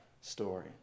story